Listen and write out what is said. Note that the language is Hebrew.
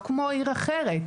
או כמו עיר אחרת,